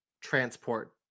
transport